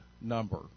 number